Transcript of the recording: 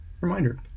reminder